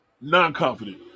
Non-confident